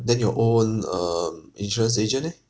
then your own um insurance agent eh